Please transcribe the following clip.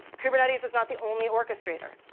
kubernetes is not the only orchestrater.